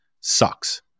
sucks